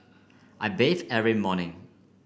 I bathe every morning